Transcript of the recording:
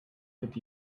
could